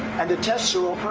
and the tests are